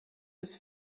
was